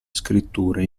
scritture